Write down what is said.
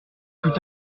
tout